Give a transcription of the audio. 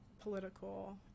political